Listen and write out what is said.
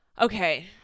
Okay